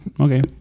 Okay